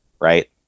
right